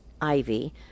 ivy